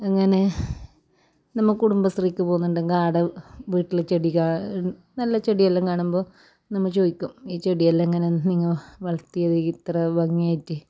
അങ്ങനെ നമ്മൾ കുടുംബശ്രീക്ക് പോകുന്നുണ്ടെങ്കിൽ അവിടെ വീട്ടിൽ ചെടി കാണും നല്ല ചെടിയെല്ലാം കാണുമ്പോൾ നമ്മൾ ചോദിക്കും ഈ ചെടിയെല്ലാം ഇങ്ങനെ നിങ്ങൾ വളർത്തിയത് ഇത്ര ഭംഗിയായിട്ട്